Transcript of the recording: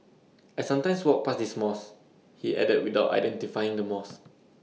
I sometimes walk past this mosque he added without identifying the mosque